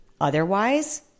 Otherwise